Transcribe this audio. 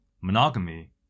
monogamy